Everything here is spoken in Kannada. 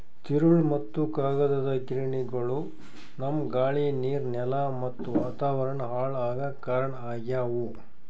ತಿರುಳ್ ಮತ್ತ್ ಕಾಗದದ್ ಗಿರಣಿಗೊಳು ನಮ್ಮ್ ಗಾಳಿ ನೀರ್ ನೆಲಾ ಮತ್ತ್ ವಾತಾವರಣ್ ಹಾಳ್ ಆಗಾಕ್ ಕಾರಣ್ ಆಗ್ಯವು